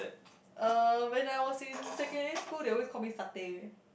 uh when I was in secondary school they always call me satay